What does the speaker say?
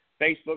Facebook